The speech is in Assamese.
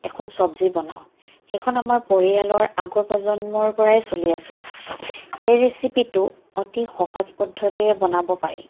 এখন চবজি বনাওঁ সেইখন আমাৰ পৰিয়ালৰ আগৰ প্ৰজন্মৰ পৰাই চলি আছে সেই ৰেচিপিটো অতি সহজ পদ্ধতিৰে বনাব পাৰি